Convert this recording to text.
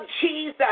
Jesus